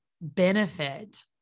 benefit